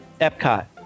Epcot